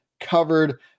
covered